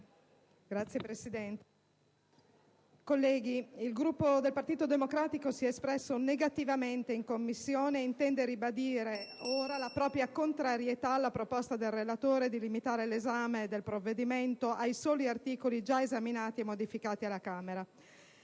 Signora Presidente, colleghi, il Gruppo del Partito Democratico si è espresso negativamente in Commissione e intende ribadire ora la propria contrarietà alla proposta del relatore di limitare l'esame del provvedimento ai soli articoli già esaminati e modificati alla Camera.